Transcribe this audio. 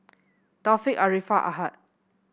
Taufik Arifa Ahad